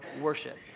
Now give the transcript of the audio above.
worship